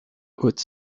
haute